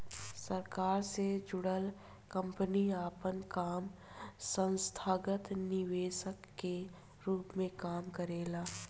सरकार से जुड़ल कंपनी आपन काम संस्थागत निवेशक के रूप में काम करेला